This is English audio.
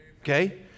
Okay